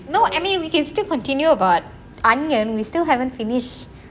you know I mean we can still continue about anniyan we still haven't finish